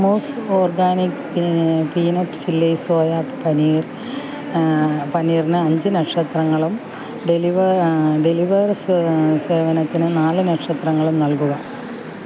മൂസ് organic പ് peanut chilli soya paneer പനീറിന് അഞ്ച് നക്ഷത്രങ്ങളും ഡെലിവർ ഡെലിവർ സ് സേവനത്തിന് നാല് നക്ഷത്രങ്ങളും നൽകുക